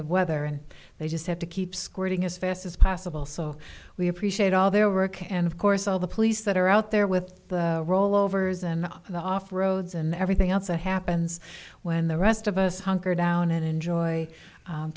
of weather and they just have to keep squirting as fast as possible so we appreciate all their work and of course all the police that are out there with the rollovers and the off roads and everything else that happens when the rest of us hunker down and enjoy